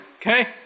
okay